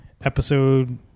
episode